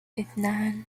إثنان